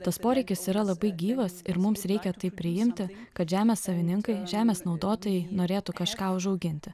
tas poreikis yra labai gyvas ir mums reikia tai priimti kad žemės savininkai žemės naudotojai norėtų kažką užauginti